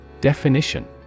Definition